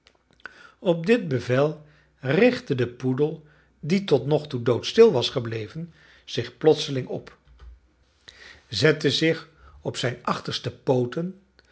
op dit bevel richtte de poedel die tot nogtoe doodstil was gebleven zich plotseling op zette zich op zijn achterste pooten